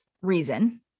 reason